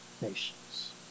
nations